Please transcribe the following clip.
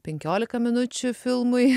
penkiolika minučių filmui